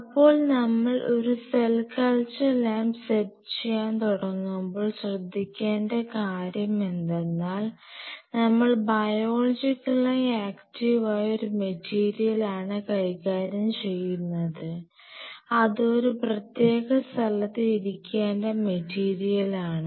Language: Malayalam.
അപ്പോൾ നമ്മൾ ഒരു സെൽ കൾച്ചർ ലാബ് സെറ്റ് ചെയ്യാൻ തുടങ്ങുമ്പോൾ ശ്രദ്ധിക്കേണ്ട കാര്യം എന്തെന്നാൽ നമ്മൾ ബയോളജിക്കലായി ആക്ടീവായ ഒരു മെറ്റീരിയലാണ് കൈകാര്യം ചെയ്യുന്നത് അത് ഒരു പ്രത്യേക സ്ഥലത്ത് ഇരിക്കേണ്ട മെറ്റീരിയൽ ആണ്